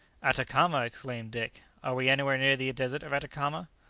atacama! exclaimed dick are we anywhere near the desert of atacama?